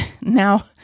Now